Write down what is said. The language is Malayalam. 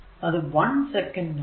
അത് 1 സെക്കന്റ് ആണ്